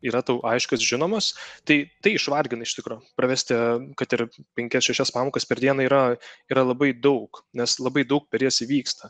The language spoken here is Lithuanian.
yra tau aiškios žinomos tai tai išvargina iš tikro pravesti kad ir penkias šešias pamokas per dieną yra yra labai daug nes labai daug per jas įvyksta